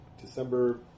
December